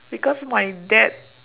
because my dad